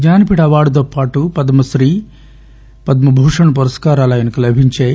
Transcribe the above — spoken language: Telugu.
జ్ఞానపీఠ్ అవార్డుతో పాటు పద్మ శ్రీ పద్మ భూషణ్ పురస్కారాలు ఆయనకు లభించాయి